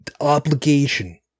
obligation